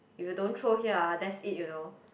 if you don't throw here ah that's it you know